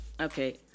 Okay